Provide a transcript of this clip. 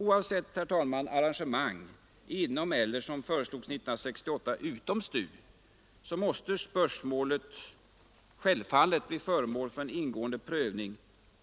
Oavsett arrangemang — inom eller, som föreslogs 1968, utom STU — måste spörsmålet självfallet bli föremål för en ingående prövning